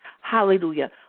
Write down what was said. hallelujah